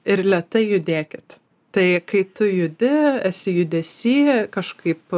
ir lėtai judėkit tai kai tu judi esi judesy kažkaip